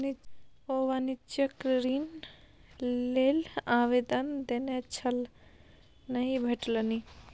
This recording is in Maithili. ओ वाणिज्यिक ऋण लेल आवेदन देने छल नहि भेटलनि